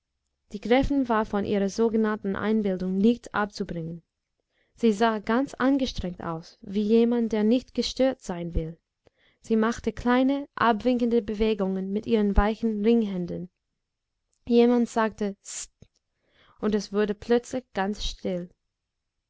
die gräfin war von ihrer sogenannten einbildung nicht abzubringen sie sah ganz angestrengt aus wie jemand der nicht gestört sein will sie machte kleine abwinkende bewegungen mit ihren weichen ringhänden jemand sagte sst und es wurde plötzlich ganz still